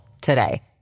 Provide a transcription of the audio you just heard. today